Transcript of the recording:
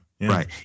Right